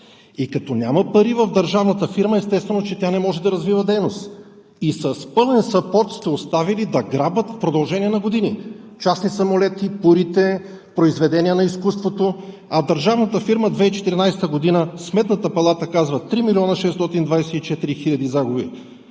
И като няма пари в държавната фирма, естествено, че тя не може да развива дейност. С пълен съпорт сте оставили да грабят в продължение на години – частни самолети, пури, произведения на изкуството. А за държавната фирма Сметната палата казва: в 2014 г.